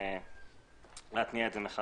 מקווים להתניע את זה מחדש.